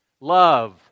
love